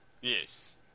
yes